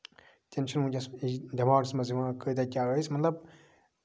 تیٚلہِ چھُنہٕ ؤنکیٚس دٮ۪ماغَس منٛز یِوان کۭتیہ کیاہ ٲسۍ مطلب